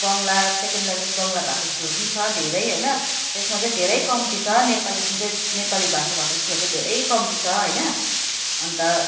Bangla second language Bangla भएको स्कुलहरू पनि छ धेरै होइन त्यसमा चाहिँ धेरै कम्ती छ नेपाली जुन चाहिँ नेपाली भाषा भएको स्कुलहरू चाहिँ धेरै कम्ती छ होइन अन्त